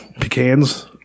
Pecans